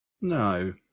No